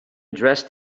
dressed